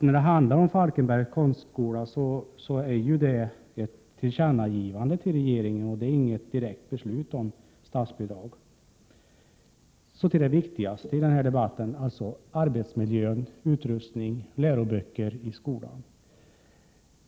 När det gäller Falkenbergs konstskola handlar det om ett tillkännagivande till regeringen. Det rör sig alltså inte om något direkt beslut om statsbidrag. Så till det viktigaste i denna debatt: arbetsmiljö, utrustning och läroböcker i skolan.